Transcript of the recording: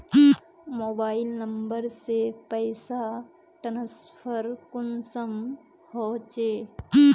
Mobile number से पैसा transfer कुंसम होचे?